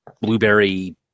blueberry